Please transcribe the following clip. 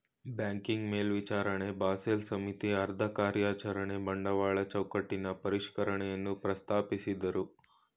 banking ಮೇಲ್ವಿಚಾರಣೆ Basel ಸಮಿತಿ ಅದ್ರಕಾರ್ಯಚರಣೆ ಬಂಡವಾಳ ಚೌಕಟ್ಟಿನ ಪರಿಷ್ಕರಣೆಯನ್ನ ಪ್ರಸ್ತಾಪಿಸಿದ್ದ್ರು